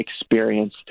experience